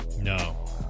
No